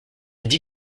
dit